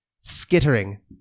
skittering